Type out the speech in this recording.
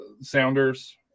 Sounders